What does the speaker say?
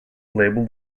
labeled